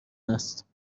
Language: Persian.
است